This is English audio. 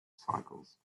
cycles